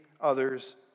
others